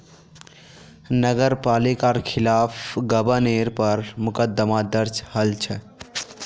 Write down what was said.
नगर पालिकार खिलाफ गबनेर पर मुकदमा दर्ज हल छ